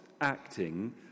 acting